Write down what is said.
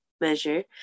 measure